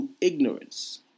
ignorance